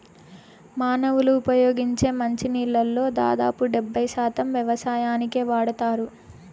మానవులు ఉపయోగించే మంచి నీళ్ళల్లో దాదాపు డెబ్బై శాతం వ్యవసాయానికే వాడతారు